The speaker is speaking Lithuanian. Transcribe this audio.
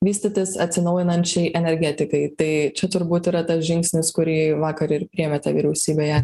vystytis atsinaujinančiai energetikai tai čia turbūt yra tas žingsnis kurį vakar ir priėmėte vyriausybėje